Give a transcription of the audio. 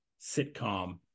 sitcom